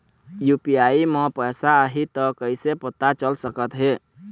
UPI म पैसा आही त कइसे पता चल सकत हे?